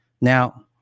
now